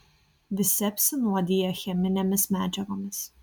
visi apsinuodiję cheminėmis medžiagomis